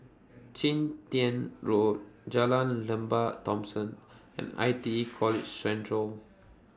Chun Tin Road Jalan Lembah Thomson and I T E College Central